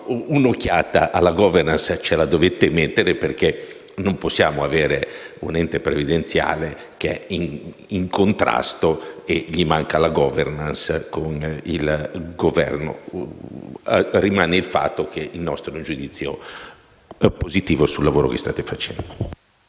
un'occhiata alla *governance* la dovete dare perché non possiamo avere un ente previdenziale che è in contrasto - e senza la *governance* - con il Governo. Rimane il fatto che il nostro è un giudizio positivo sul lavoro che state facendo.